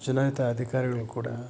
ಚುನಾಯಿತ ಅಧಿಕಾರಿಗಳು ಕೂಡ